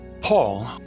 Paul